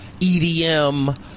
EDM